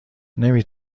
نمی